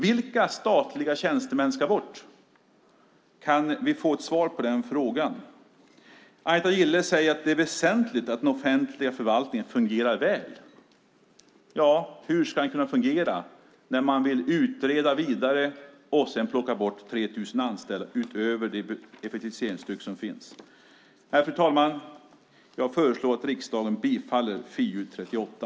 Vilka statliga tjänstemän ska bort? Kan vi få ett svar på den frågan? Agneta Gille säger att det är väsentligt att offentlig förvaltning fungerar väl. Men hur ska den kunna fungera när man vill utreda vidare och sedan plocka bort 3 000 anställda - detta utöver det effektiviseringstryck som redan finns? Nej, fru talman, jag föreslår riksdagen att bifalla utskottets förslag i FiU38.